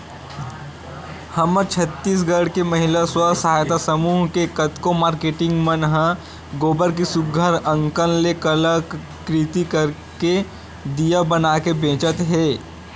हमर छत्तीसगढ़ के महिला स्व सहयता समूह के कतको मारकेटिंग मन ह गोबर के सुग्घर अंकन ले कलाकृति करके दिया बनाके बेंचत हे